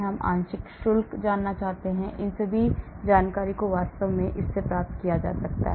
हम आंशिक शुल्क जानना चाहते हैं इन सभी जानकारी को वास्तव में इससे प्राप्त किया जा सकता है